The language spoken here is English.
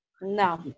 No